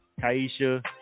Kaisha